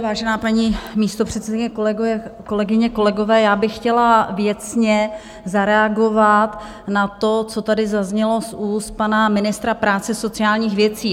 Vážená paní místopředsedkyně, kolegyně, kolegové, já bych chtěla věcně zareagovat na to, co tady zaznělo z úst pana ministra práce a sociálních věcí.